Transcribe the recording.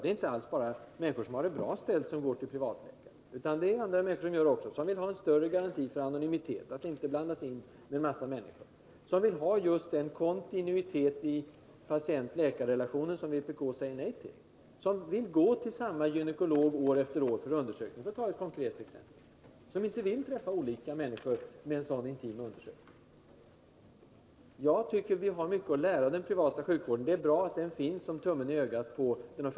Det är inte alls bara människor som har det bra ställt som går till privatläkare, utan det gör också andra som vill ha en bättre garanti för anonymitet och för att inte ständigt möta ny personal. De vill ha just den kontinuitet i patient-läkar-relationen som vpk säger nej till. De vill kunna gå för undersökning till samma gynekolog från år till år, för att ta ett konkret exempel. De vill inte, när det gäller en så intim undersökning, ständigt möta nya människor. Vi har mycket att lära av den privata sjukvården, och det är bra att den finns som en tumme i ögat på den offentliga sjukvården.